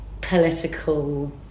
political